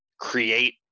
create